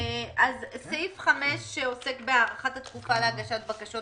סעיף 5 שעוסק בהארכת התקופה להגשת בקשות,